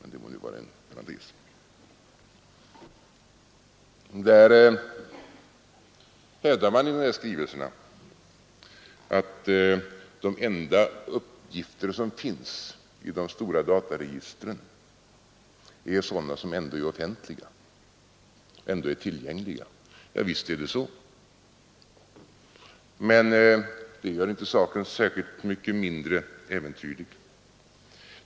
I de här skrivelserna hävdar man att de enda uppgifter som finns i de stora dataregistren är sådana som ändå är offentliga, ändå är tillgängliga. Ja, visst är det så, men gör det inte saken särskilt mycket mindre äventyrlig.